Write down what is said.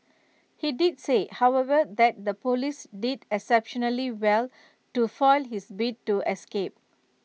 he did say however that the Police did exceptionally well to foil his bid to escape